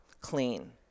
clean